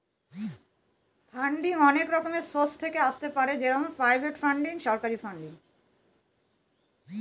funding অনেক রকমের source থেকে আসতে পারে যেমন প্রাইভেট ফান্ডিং, সরকারি ফান্ডিং